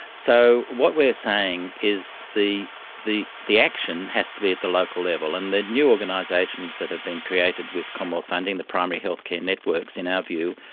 so what we are saying is the the action has to be at the local level, and the new organisations that have been created with commonwealth funding, the primary health care networks in our view,